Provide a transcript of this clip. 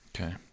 okay